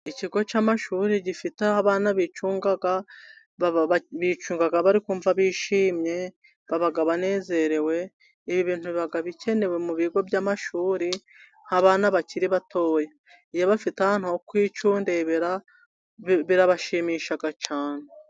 Ikigo cy'amashuri gifite abana bicunga, bicunga bari kumva bishimye, baba banezerewe, ibi bintu biba bikenewe mu bigo by'amashuri nk'abana bakiri batoya iyo bafite aho kwicundebera, birabashimisha cyane.